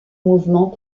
mouvements